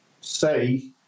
say